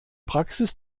praxis